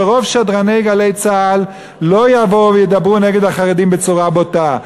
שרוב שדרני "גלי צה"ל" לא יבואו וידברו נגד החרדים בצורה בוטה.